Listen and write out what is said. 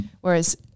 Whereas